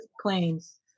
claims